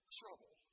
trouble